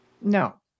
No